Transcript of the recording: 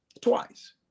Twice